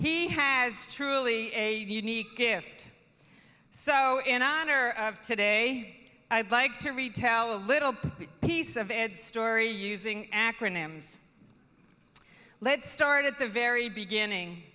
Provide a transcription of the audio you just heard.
he has truly a unique gift so in honor of today i'd like to retell a little piece of ed story using acronyms let's start at the very beginning